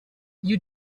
you